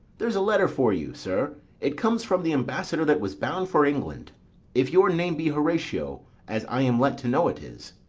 there's a letter for you, sir it comes from the ambassador that was bound for england if your name be horatio, as i am let to know it is.